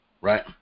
right